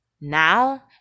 Now